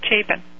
Chapin